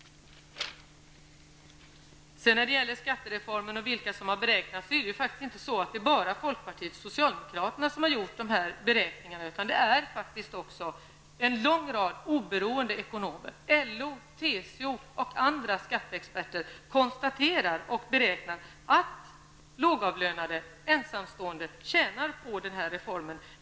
När det gäller de beräknade effekterna av skattereformen vill jag säga att inte bara folkpartiet och socialdemokraterna har gjort beräkningarna utan faktiskt också en lång rad oberoende ekonomer. LOs, TCOs och andra skatteexperter konstaterar att lågavlönade och ensamstående tjänar på reformen.